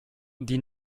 die